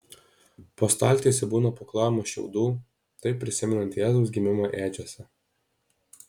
po staltiese būna paklojama šiaudų taip prisimenant jėzaus gimimą ėdžiose